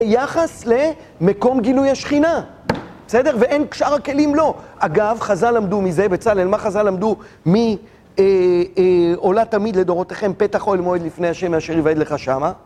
יחס למקום גילוי השכינה. בסדר? ואין כשאר הכלים לא. אגב, חזה למדו מזה בצלאצל, מה חזה למדו? מעולה תמיד לדורותיכם פתח או אוהל מועד לפני ה' אשר היוועד לך שמה?